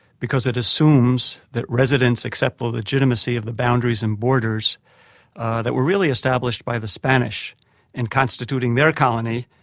because it assumes that residents accept the legitimacy of the boundaries and borders that were really established by the spanish in constituting their colony,